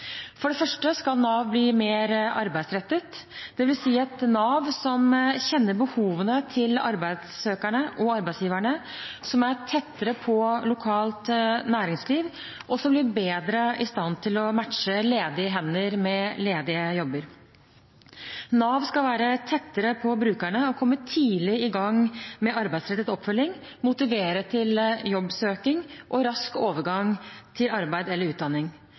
for Nav framover: For det første skal Nav bli mer arbeidsrettet, dvs. et Nav som kjenner behovene til arbeidssøkerne og arbeidsgiverne, som er tettere på lokalt næringsliv, og som blir bedre i stand til å matche ledige hender med ledige jobber. Nav skal være tettere på brukerne og komme tidlig i gang med arbeidsrettet oppfølging, motivere til jobbsøking og rask overgang til arbeid eller utdanning.